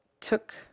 took